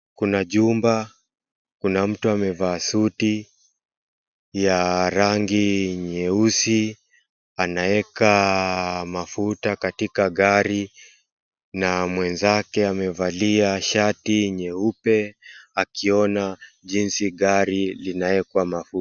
Kuna jumba, kuna mtu amevaa suti ya rangi nyeusi anaweka mafuta katika gari na mwenzake amevalia shati nyeupe akiona jinsi gari linawekwa mafuta.